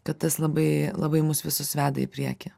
kad tas labai labai mus visus veda į priekį